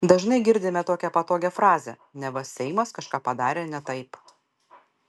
dažnai girdime tokią patogią frazę neva seimas kažką padarė ne taip